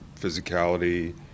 physicality